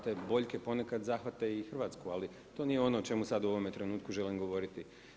Te boljke ponekad zahvate i Hrvatsku, ali to nije ono o čemu sad u ovome trenutku želim govoriti.